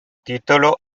titolo